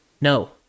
no